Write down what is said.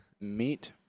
meet